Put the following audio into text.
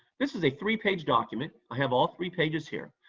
this is a three page document. i have all three pages here.